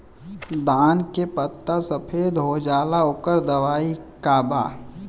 धान के पत्ता सफेद हो जाला ओकर दवाई का बा?